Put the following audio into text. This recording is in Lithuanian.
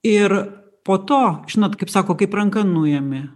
ir po to žinot kaip sako kaip ranka nuėmė